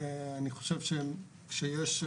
אני חושב שיש ,